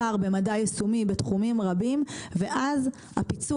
ואז הפיצוח של להוציא את זה מתוך האקדמיה,